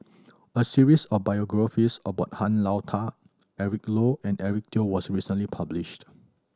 a series of biographies about Han Lao Da Eric Low and Eric Teo was recently published